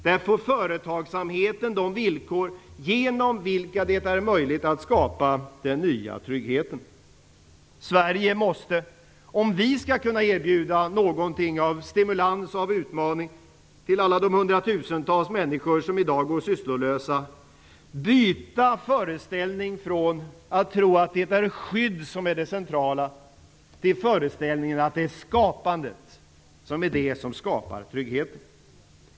Där får företagsamheten de villkor genom vilka det är möjligt att skapa den nya tryggheten. Om Sverige skall kunna erbjuda någonting av stimulans och utmaning till alla de hundratusentals människor som i dag går sysslolösa måste föreställningen om att skyddet är det centrala bytas mot föreställningen om att det är skapandet som skapar tryggheten.